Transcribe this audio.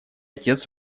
отец